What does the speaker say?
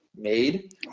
made